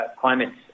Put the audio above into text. climate